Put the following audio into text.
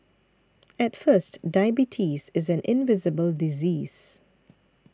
at first diabetes is an invisible disease